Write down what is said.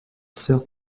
sœur